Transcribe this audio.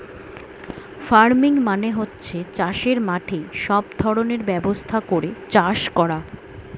farming মানে হচ্ছে চাষের মাঠে সব ধরনের ব্যবস্থা করে চাষ করা